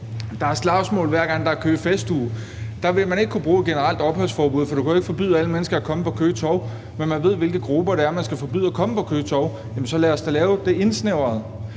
Der er slagsmål, hver gang der er Køge Festuge. Der vil man ikke kunne bruge et generelt opholdsforbud, for du kan jo ikke forbyde alle mennesker at komme på Køge Torv. Men man ved, hvilke grupper det er, man skal forbyde at komme på Køge Torv. Så lad os da lave det indsnævret.